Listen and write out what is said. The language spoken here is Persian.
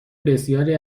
بسیاری